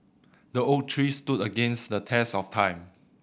the oak tree stood against the test of time